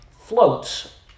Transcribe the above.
floats